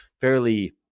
fairly